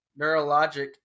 neurologic